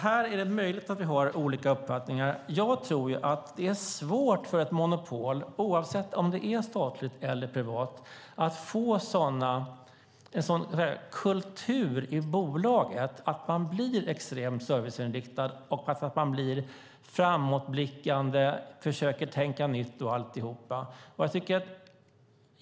Här är det möjligt att vi har olika uppfattningar. Jag tror att det är svårt för ett monopol, oavsett om det är statligt eller privat, att få en sådan kultur i bolaget att man blir extremt serviceinriktad och framåtblickande, att man försöker tänka nytt och så vidare.